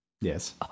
Yes